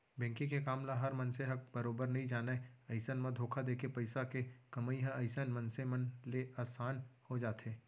banking के काम ल हर मनसे ह बरोबर नइ जानय अइसन म धोखा देके पइसा के कमई ह अइसन मनसे मन ले असान हो जाथे